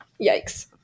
Yikes